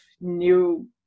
new